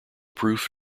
proof